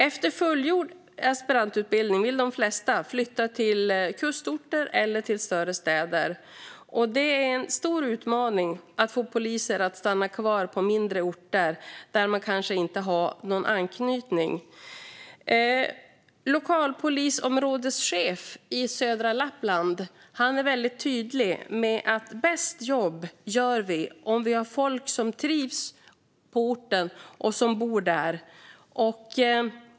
Efter fullgjord aspirantutbildning vill de flesta flytta till kustorter eller större städer. Det är en stor utmaning att få poliser att stanna kvar på mindre orter där man kanske inte har någon anknytning. Lokalpolisområdeschefen i södra Lappland är väldigt tydlig: Bäst jobb gör vi om vi har folk som trivs på orten och bor där.